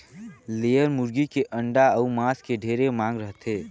layer मुरगी के अंडा अउ मांस के ढेरे मांग रहथे